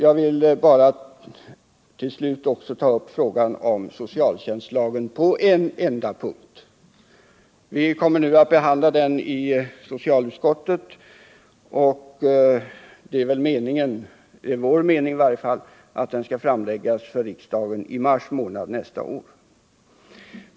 Till slut vill jag ta upp frågan om socialtjänstlagen på en enda punkt. Vi kommer nu att behandla denna lag i socialutskottet, och det är i varje fall vår mening att förslaget skall framläggas för riksdagen i mars månad nästa år.